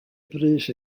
brys